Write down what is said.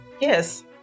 Yes